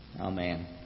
Amen